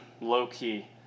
low-key